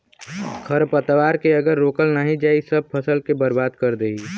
खरपतवार के अगर रोकल नाही जाई सब फसल के बर्बाद कर देई